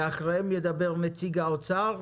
אחריהם ידבר נציג האוצר,